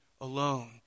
alone